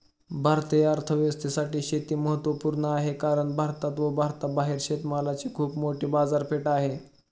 भारतीय अर्थव्यवस्थेसाठी शेती महत्वपूर्ण आहे कारण भारतात व भारताबाहेर शेतमालाची खूप मोठी बाजारपेठ आहे